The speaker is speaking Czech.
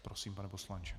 Prosím, pane poslanče.